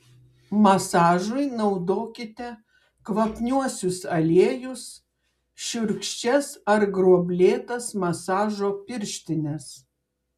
masažui naudokite kvapniuosius aliejus šiurkščias ar gruoblėtas masažo pirštines